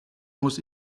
muss